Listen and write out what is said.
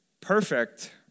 perfect